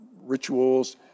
rituals